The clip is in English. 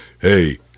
Hey